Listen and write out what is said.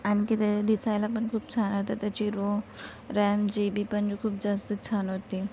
आणखी ते दिसायला पण खूप छान होतं त्याची रोम रॅम जी बी पण खूप जास्त छान होती